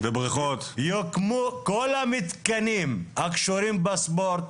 יוקמו כל המתקנים הקשורים בספורט.